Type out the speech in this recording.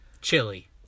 chili